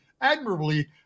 admirably